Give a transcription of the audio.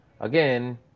again